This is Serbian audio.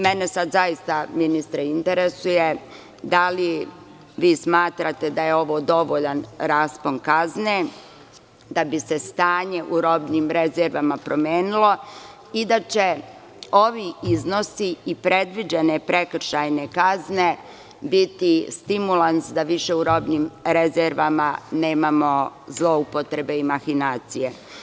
Mene sad zaista, ministre, interesuje - da li vi smatrate da je ovo dovoljan raspon kazne da bi se stanje u robnim rezervama promenilo i da će ovi iznosi i predviđene prekršajne kazne biti stimulans da više u robnim rezervama nemamo zloupotrebe i mahinacije?